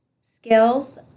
skills